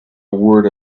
word